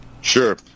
Sure